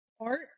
art